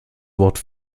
wort